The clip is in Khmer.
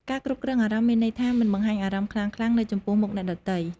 ការគ្រប់គ្រងអារម្មណ៍មានន័យថា មិនបង្ហាញអារម្មណ៍ខ្លាំងៗនៅចំពោះមុខអ្នកដទៃ។